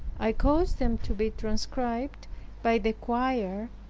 i caused them to be transcribed by the quire,